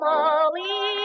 Molly